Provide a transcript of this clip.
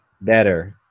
better